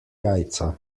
jajca